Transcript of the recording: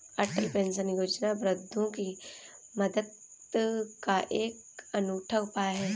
अटल pension Yojana वृद्धों की मदद का एक अनूठा उपाय है